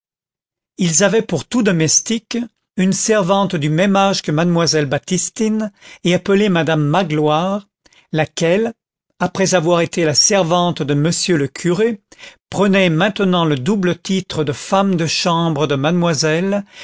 ils avaient pour tout domestique une servante du même âge que mademoiselle baptistine et appelée madame magloire laquelle après avoir été la servante de m le curé prenait maintenant le double titre de femme de chambre de mademoiselle